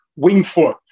Wingfoot